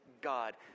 God